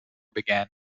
began